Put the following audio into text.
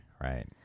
Right